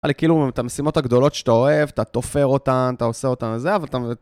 אני כאילו, את המשימות הגדולות שאתה אוהב, אתה תופר אותן, אתה עושה אותן וזה, אבל אתה...